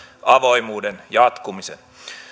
avoimuuden jatkumisen